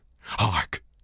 hark